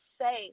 say